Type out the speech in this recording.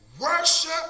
worship